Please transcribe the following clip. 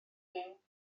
byw